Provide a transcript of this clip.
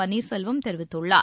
பன்னீர்செல்வம் தெரிவித்துள்ளார்